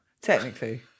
Technically